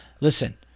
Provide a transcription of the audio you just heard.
listen